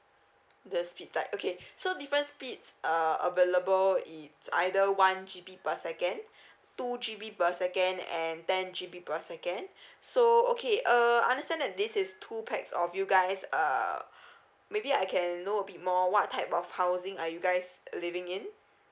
the speed type okay so different speeds uh available it either one G_B per second two G_B per second and ten G_B per second so okay uh understand that this is two pax of you guys err maybe I can know a bit more what type of housing are you guys living in